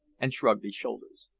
and shrugged his shoulders.